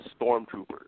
stormtroopers